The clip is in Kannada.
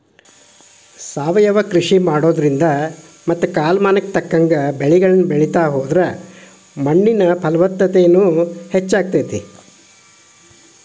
ಸಾವಯವ ಕೃಷಿ ಮಾಡೋದ್ರಿಂದ ಮತ್ತ ಕಾಲಮಾನಕ್ಕ ತಕ್ಕಂಗ ಬೆಳಿಗಳನ್ನ ಬೆಳಿತಾ ಹೋದ್ರ ಮಣ್ಣಿನ ಫಲವತ್ತತೆನು ಹೆಚ್ಚಾಗ್ತೇತಿ